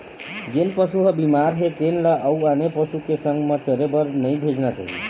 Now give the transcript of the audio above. जेन पशु ह बिमार हे तेन ल अउ आने पशु के संग म चरे बर नइ भेजना चाही